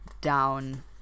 down